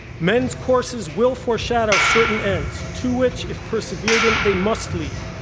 men's courses will foreshadow certain ends, to which if persevered in they must lead.